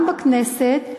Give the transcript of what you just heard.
גם בכנסת,